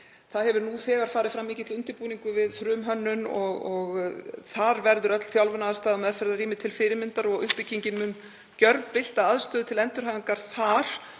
Það hefur nú þegar farið fram mikill undirbúningur við frumhönnun og þar verður öll þjálfunaraðstaða og meðferðarrými til fyrirmyndar og uppbyggingin mun gjörbylta aðstöðu til endurhæfingar þar